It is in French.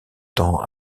temps